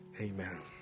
Amen